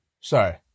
Sorry